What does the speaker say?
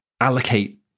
allocate